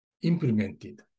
implemented